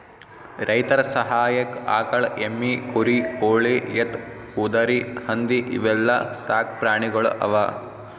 ರೈತರ್ ಸಹಾಯಕ್ಕ್ ಆಕಳ್, ಎಮ್ಮಿ, ಕುರಿ, ಕೋಳಿ, ಎತ್ತ್, ಕುದರಿ, ಹಂದಿ ಇವೆಲ್ಲಾ ಸಾಕ್ ಪ್ರಾಣಿಗೊಳ್ ಅವಾ